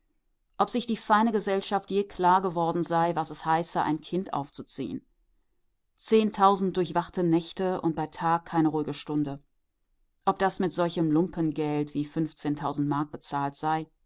ob sich die feine gesellschaft je klar geworden sei was es heiße ein kind aufzuziehen zehntausend durchwachte nächte und bei tag keine ruhige stunde ob das mit solchem lumpengeld wie fünfzehntausend mark bezahlt sei